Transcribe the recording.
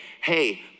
hey